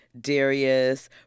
Darius